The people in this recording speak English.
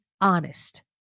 honest